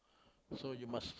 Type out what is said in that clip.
so you must